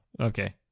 Okay